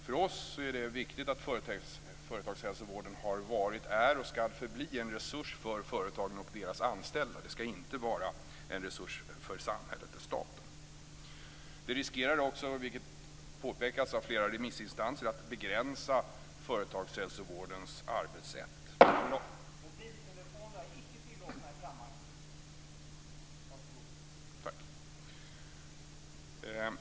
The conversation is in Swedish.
För oss är det viktigt att företagsvården har varit, är och ska förbli en resurs för företagen och deras anställda - inte en resurs för samhället, staten. Risken finns också, vilket påpekas av flera remissinstanser, att företagshälsovårdens arbetssätt begränsas.